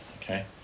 okay